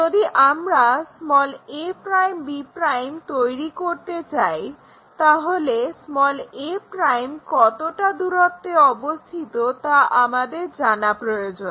যদি আমরা a'b' তৈরি করতে চাই তাহলে a' কতটা দূরত্বে অবস্থিত তা আমাদের জানা প্রয়োজন